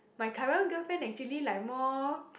my current girlfriend actually like more